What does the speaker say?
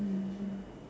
mm